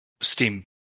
steam